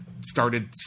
started